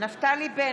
נפתלי בנט,